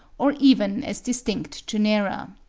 or even as distinct genera.